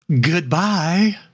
Goodbye